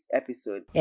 episode